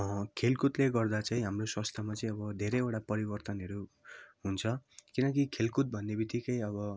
खेलकुदले गर्दा चाहिँ हाम्रो स्वास्थ्यमा चाहिँ अब धेरैवटा परिवर्तनहरू हुन्छ किनकि खेलकुद भन्ने बितिक्कै अब